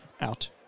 out